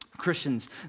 Christians